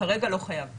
כרגע הוא לא חייב.